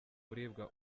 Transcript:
kuribwa